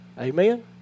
Amen